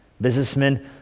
Businessmen